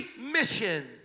mission